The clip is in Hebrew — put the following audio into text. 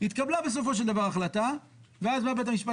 התקבלה בסופו של דבר החלטה ואז בית המשפט